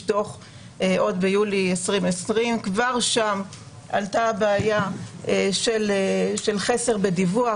דוח עוד ביולי 2020. כבר שם עלתה הבעיה של חסר בדיווח